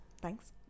thanks